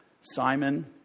Simon